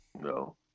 No